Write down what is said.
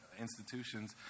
institutions